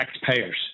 taxpayers